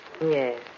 Yes